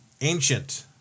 ancient